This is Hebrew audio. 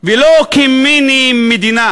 ולא כמיני-מדינה,